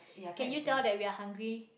can you tell that we are hungry